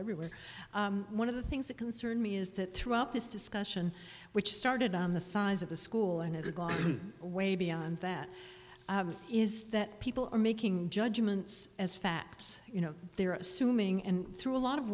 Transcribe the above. everywhere one of the things that concerned me is that throughout this discussion which started on the size of the school and has gone way beyond that is that people are making judgments as facts you know they're assuming and through a lot of